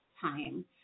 time